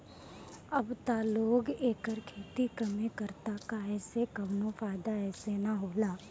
अब त लोग एकर खेती कमे करता काहे से कवनो फ़ायदा एसे न होला